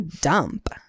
dump